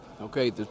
Okay